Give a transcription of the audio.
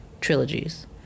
trilogies